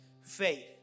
faith